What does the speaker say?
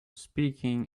speaking